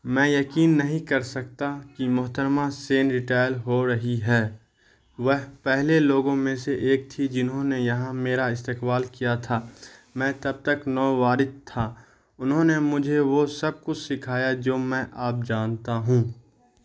میں یقین نہیں کر سکتا کہ محترمہ سین ریٹائر ہو رہی ہیں وہ پہلے لوگوں میں سے ایک تھیں جنہوں نے یہاں میرا استقبال کیا تھا میں تب تک نو وارد تھا انہوں نے مجھے وہ سب کچھ سکھایا جو میں اب جانتا ہوں